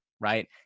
right